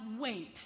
wait